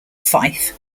fife